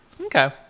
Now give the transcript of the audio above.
okay